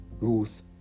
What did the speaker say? Ruth